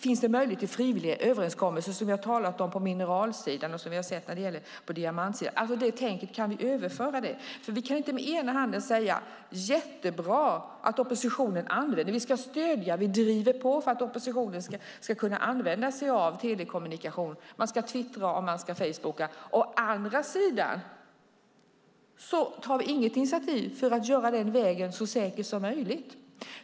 Finns det möjligheter till frivillig överenskommelse som vi har talat om på mineralsidan och som vi har sett när det gäller diamantsidan? Kan vi överföra det tänket? Å ena sidan säger vi att det är jättebra att oppositionen använder sig av telekommunikation och att vi ska stödja och driva på att den ska kunna använda sig av den. Man ska kunna använda Twitter och Facebook. Å andra sidan tar vi inget initiativ för att göra den vägen så säker som möjligt.